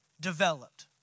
developed